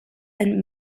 and